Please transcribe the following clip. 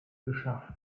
beschafft